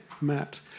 Matt